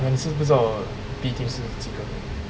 then 你知不知道 B team 是几个人